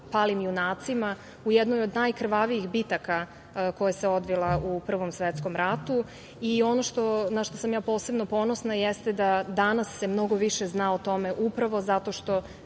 palim junacima u jednoj od najkrvavijih bitki koja se odvila u Prvom svetskom ratu i ono na šta sam posebno ponosna jeste da danas se mnogo više zna o tome upravo zato što